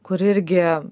kur irgi